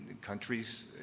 countries